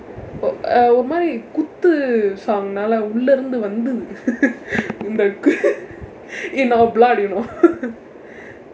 but uh ஒரு மாதிரி குத்து:oru maathiri kutthu song நல்லா உள்ள இருந்து வந்து:nallaa ulla irunthu vanthu in our blood you know